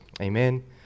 Amen